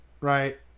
right